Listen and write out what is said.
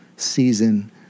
season